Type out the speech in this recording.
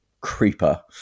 Creeper